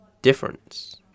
Difference